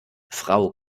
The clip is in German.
frau